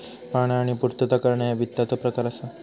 पाहणा आणि पूर्तता करणा ह्या वित्ताचो प्रकार असा